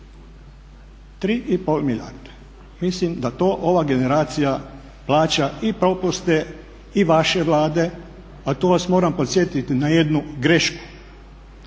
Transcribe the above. pol milijarde. Mislim da to ova generacija plaća i propuste i vaše Vlade, a to vas moram podsjetiti na jednu grešku